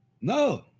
No